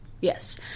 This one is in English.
Yes